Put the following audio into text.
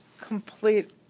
complete